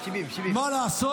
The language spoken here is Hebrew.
מה לעשות?